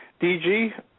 DG